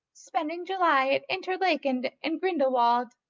spending july at interlaken and grindelwald,